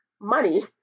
money